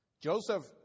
Joseph